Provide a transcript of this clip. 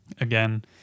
Again